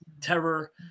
Terror